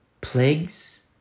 plagues